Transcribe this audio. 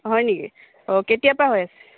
হয় নেকি অঁ কেতিয়াৰ পৰা হৈ আছে